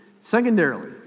Secondarily